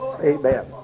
Amen